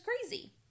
crazy